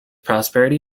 prosperity